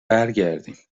برگردیم